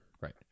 right